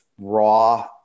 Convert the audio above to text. raw